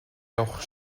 явах